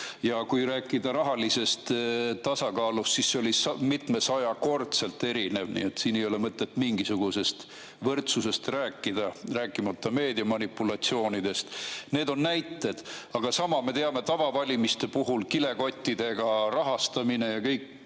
Ja kui rääkida rahalisest tasakaalust, siis see oli mitmesajakordselt erinev, nii et siin ei ole mõtet mingisugusest võrdsusest rääkida, rääkimata meedia manipulatsioonidest. Need on näited. Aga sama me teame tavavalimiste puhul, kilekottidega rahastamine ja kõik